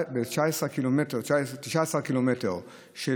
19 קילומטר של